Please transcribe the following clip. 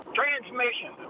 transmission